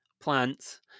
plants